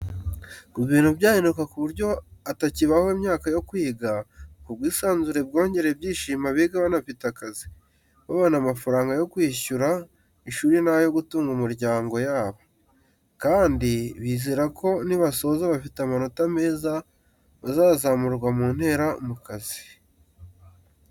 Kuva ibintu byahinduka ku buryo hatakibaho imyaka yo kwiga, ubwo bwisanzure bwongereye ibyishimo abiga banafite akazi, babona amafaranga yo kwishyura ishuri n'ayo gutunga umuryango yabo, kandi bizeye ko nibasoza bafite amanota meza, bazazamurwa mu ntera mu kazi.